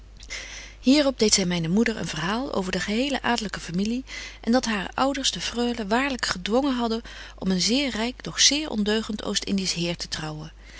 hierop deedt zy myne moeder een verhaal van de gehele adelyke familie en dat hare ouders de freule waarlyk gedwongen hadden om een zeer ryk doch zeer ondeugent oostindiesch heer te trouwen